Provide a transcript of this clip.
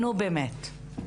נו, באמת.